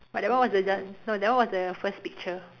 but that one was the just no that one was the first picture